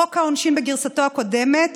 חוק העונשין בגרסתו הקודמת